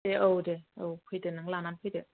दे औ दे दे नों लानानै फैदो